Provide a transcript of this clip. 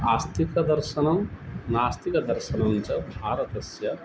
आस्तिकदर्शनं नास्तिकदर्शनं च भारतस्य